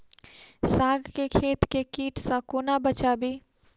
साग केँ खेत केँ कीट सऽ कोना बचाबी?